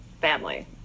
family